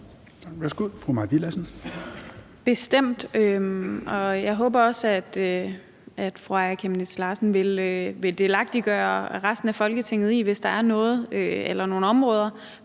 Kl. 16:50 Mai Villadsen (EL): Bestemt. Jeg håber også, at fru Aaja Chemnitz Larsen vil delagtiggøre resten af Folketinget, hvis der er noget eller nogle områder,